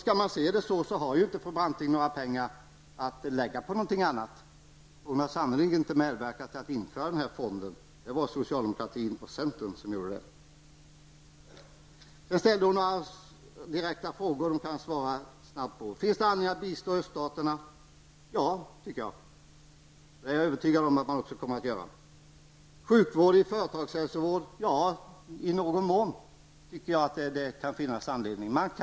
Skall man se det så, har fru Branting inte några pengar att satsa på någonting annat. Hon har sannerligen inte medverkat till att införa denna fond. Det var socialdemokratin och centern som gjorde det. Charlotte Branting ställde också några direkta frågor och dem kan jag svara snabbt på. Finns det anledning att bistå öststaterna? Ja, det tycker jag. Det är jag övertygad om att man också kommer att göra. Sjukvård inom företagshälsovården, handlade en fråga om. Ja, i någon mån tycker jag att det kan finnas anledning att ha det.